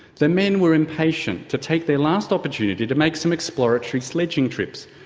the men were impatient to take their last opportunity to make some exploratory sledging trips,